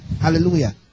Hallelujah